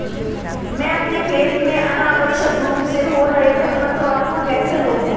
मैं अपने खेत में अनावश्यक रूप से हो रहे खरपतवार को कैसे रोकूं?